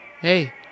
Hey